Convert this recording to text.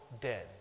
dead